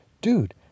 dude